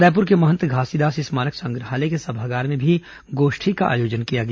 रायपुर के महंत घासीदास स्मारक संग्रहालय के सभागार में भी गोष्ठी का आयोजन किया गया